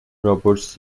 roberts